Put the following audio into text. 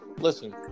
Listen